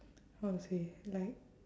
how to say like